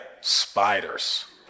spiders